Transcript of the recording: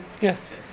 Yes